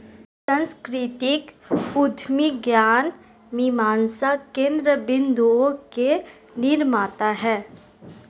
सांस्कृतिक उद्यमी ज्ञान मीमांसा केन्द्र बिन्दुओं के निर्माता हैं